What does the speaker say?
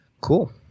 Cool